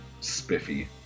spiffy